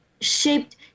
shaped